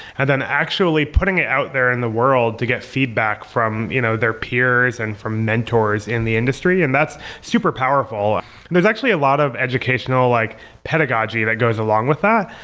and then actually putting it out there in the world to get feedback from you know their peers and from mentors in the industry. and that's super powerful there's actually a lot of educational like pedagogy that goes along with that.